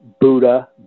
Buddha